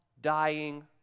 dying